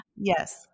Yes